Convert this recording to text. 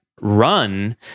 run